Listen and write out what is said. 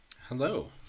Hello